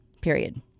period